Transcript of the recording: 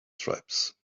tribes